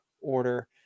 order